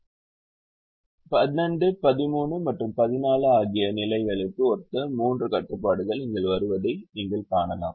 12 13 மற்றும் 14 ஆகிய நிலைகளுக்கு ஒத்த மூன்று கட்டுப்பாடுகள் இங்கு வருவதை நீங்கள் காணலாம்